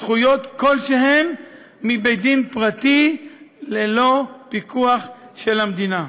זכויות כלשהן מבית-דין פרטי ללא פיקוח של המדינה.